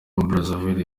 brazzaville